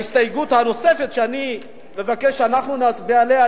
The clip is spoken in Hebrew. ההסתייגות הנוספת שאני מבקש שאנחנו נצביע עליה,